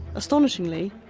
astonishingly,